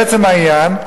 לעצם העניין,